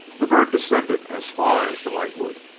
the bird descended as far as the lightwood,